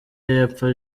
y’epfo